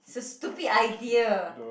it's a stupid idea